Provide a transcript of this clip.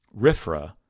RIFRA